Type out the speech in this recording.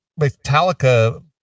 Metallica